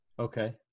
Okay